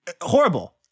Horrible